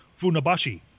Funabashi